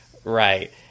Right